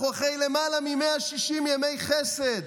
אנחנו אחרי למעלה מ-160 ימי חסד.